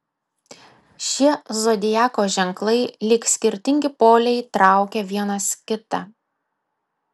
šie zodiako ženklai lyg skirtingi poliai traukia vienas kitą